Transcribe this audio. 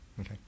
Okay